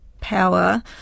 power